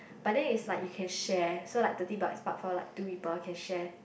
but then it's like you can share so like thirty bucks is buffer like two people you can share